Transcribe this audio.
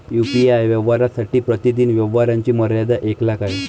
UPI व्यवहारांसाठी प्रतिदिन व्यवहारांची मर्यादा एक लाख आहे